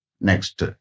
Next